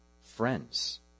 friends